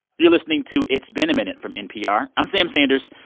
you're listening to it's been a minute from npr. i'm sam sanders.